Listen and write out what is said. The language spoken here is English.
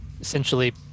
essentially